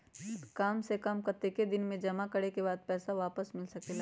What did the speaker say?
काम से कम कतेक दिन जमा करें के बाद पैसा वापस मिल सकेला?